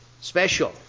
Special